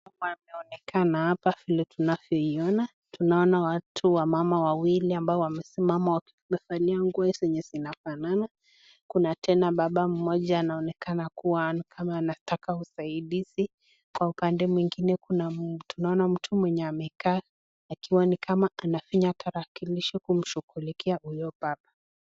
Hapa inaonekana, hapa vile tunavyoona tunaona watu, mama wawili ambao wamesimama wakiwa wamevalia nguo zenye zinafanana. Kuna tena baba mmoja anaonekana kuwa ni kama anataka usaidizi. Kwa upande mwingine tunaona mtu mwenye amekaa akiwa ni kama anafinya tarakilishi kumshughulikia huyo baba.